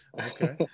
Okay